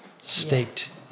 staked